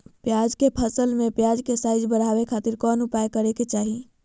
प्याज के फसल में प्याज के साइज बढ़ावे खातिर कौन उपाय करे के चाही?